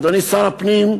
אדוני שר הפנים,